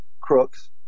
crooks